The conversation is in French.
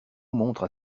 montre